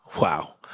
Wow